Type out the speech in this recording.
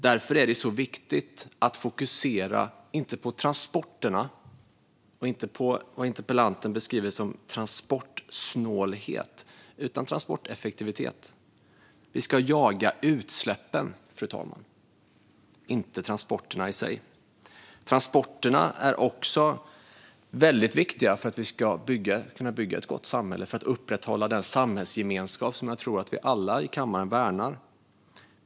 Därför är det viktigt att inte fokusera på transporterna eller det som interpellanten beskriver som transportsnålhet utan på transporteffektivitet. Vi ska jaga utsläppen, fru talman, inte transporterna i sig. Transporter är också viktiga för att vi ska kunna bygga ett gott samhälle och upprätthålla den samhällsgemenskap som jag tror att vi alla i kammaren värnar om.